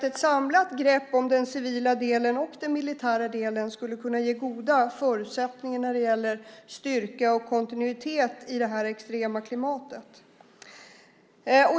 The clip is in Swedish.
Ett samlat grepp om den civila delen och den militära delen skulle kunna ge goda förutsättningar när det gäller styrka och kontinuitet i det här extrema klimatet.